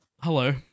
Hello